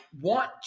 want